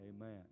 amen